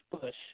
Bush